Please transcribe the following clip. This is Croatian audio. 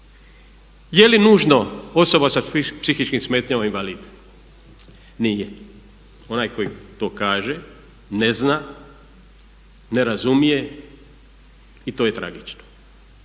Je li nužno osoba sa psihičkim smetnjama invalid? Nije. Onaj koji to kaže ne zna, ne razumije i to je tragično.